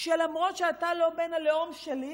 שלמרות שאתה לא בן הלאום שלי,